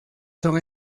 son